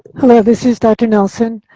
hello, this is dr. nelson.